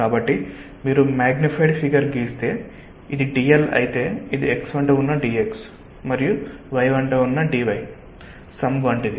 కాబట్టి మీరు magnified figure గీస్తే ఇది dl అయితే ఇది x వెంట ఉన్న dx మరియు y వెంట ఉన్న dy సమ్ వంటిది